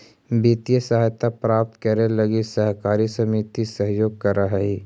वित्तीय सहायता प्राप्त करे लगी सहकारी समिति सहयोग करऽ हइ